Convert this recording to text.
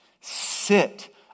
sit